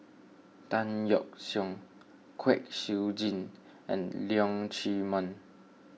Tan Yeok Seong Kwek Siew Jin and Leong Chee Mun